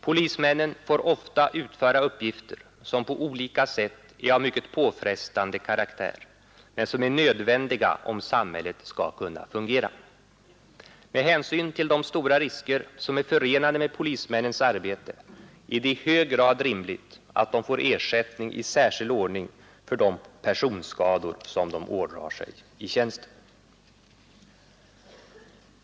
Polismännen får ofta utföra uppgifter som på olika sätt är av mycket påfrestande karaktär men som är nödvändiga, om samhället skall kunna fungera. Med hänsyn till de stora risker som är förenade med polismännens arbete är det i hög grad rimligt att de får ersättning i särskild ordning för personskador som de ådrar sig i tjänsten.